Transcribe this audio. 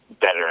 better